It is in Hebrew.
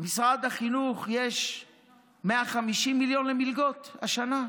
למשרד החינוך יש 150 מיליון למלגות השנה?